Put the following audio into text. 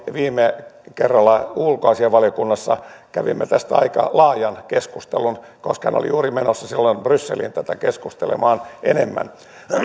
viime kerralla ulkoasiainvaliokunnassa kävimme tästä aika laajan keskustelun koska hän oli menossa juuri silloin brysseliin tästä keskustelemaan enemmän